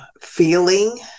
feeling